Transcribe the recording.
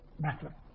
matter